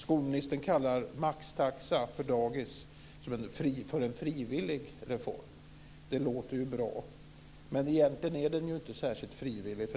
Skolministern kallar maxtaxa på dagis för en frivillig reform. Det låter ju bra, men egentligen är den inte särskilt frivillig.